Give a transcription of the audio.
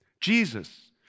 Jesus